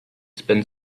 spin